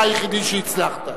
אתה היחידי שהצלחת.